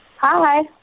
Hi